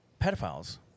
Pedophiles